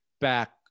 back